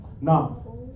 Now